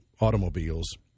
automobiles